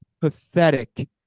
pathetic